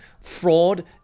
fraud